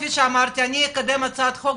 כפי שאמרתי אני יקדם הצעת חוק,